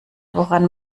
woran